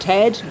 Ted